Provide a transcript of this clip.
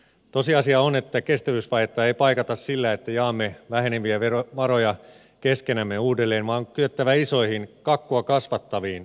tosiasia on että kestävyysvajetta ei paikata sillä että jaamme väheneviä varoja keskenämme uudelleen vaan on kyettävä isoihin kakkua kasvattaviin uudistuksiin